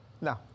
No